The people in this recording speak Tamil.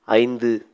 ஐந்து